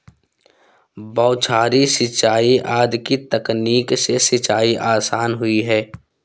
बौछारी सिंचाई आदि की तकनीक से सिंचाई आसान हुई है